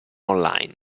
online